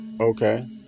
okay